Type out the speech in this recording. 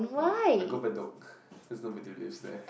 no I go Bedok there's nobody lives there